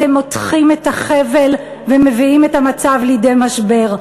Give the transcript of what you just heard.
אתם מותחים את החבל ומביאים את המצב לידי משבר.